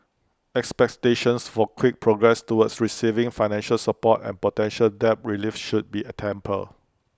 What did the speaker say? expectations for quick progress toward receiving financial support and potential debt relief should be A tempered